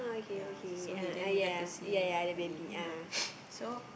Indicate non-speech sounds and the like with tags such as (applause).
ya so he didn't get to see the baby lah (noise) so